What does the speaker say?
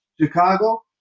Chicago